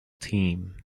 team